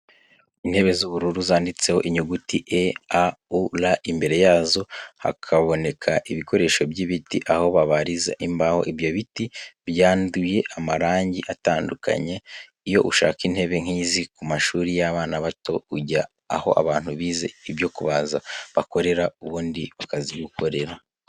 Intebe z’ubururu zanditseho inyuguti E.A.U.R, imbere yazo hakaboneka ibikoresho by’ibiti, aho babariza imbaho, ibyo biti byanduye amarangi atandukanye. Iyo ushaka intebe nkizi ku ma shuri y'abana bato, ujya aho abantu bize ibyo kubaza bakorera ubundi bakazigukorera.